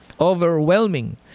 overwhelming